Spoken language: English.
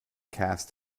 cast